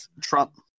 Trump